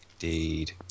indeed